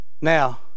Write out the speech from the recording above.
Now